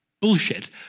bullshit